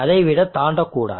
அதை விட தாண்டக்கூடாது